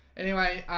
anyway,